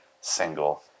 single